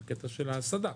זה בקטע של ההסעדה,